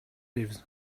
leaves